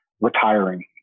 retiring